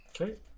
Okay